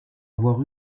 avoir